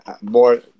more